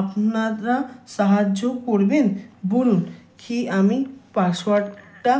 আপনারা সাহায্য করবেন বলুন কি আমি পাসওয়ার্ডটা